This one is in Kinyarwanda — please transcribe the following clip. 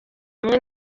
hamwe